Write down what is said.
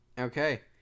Okay